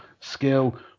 skill